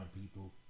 people